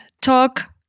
talk